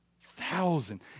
Thousands